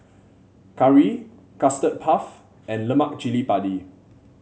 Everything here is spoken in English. curry Custard Puff and Lemak Cili Padi